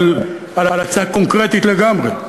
על הצעה קונקרטית לגמרי,